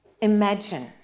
Imagine